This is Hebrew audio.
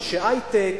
אנשי היי-טק.